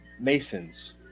masons